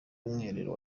w’umwiherero